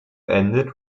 ended